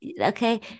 okay